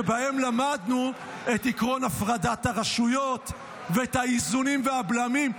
שבהם למדנו את עקרון הפרדת הרשויות ואת האיזונים והבלמים.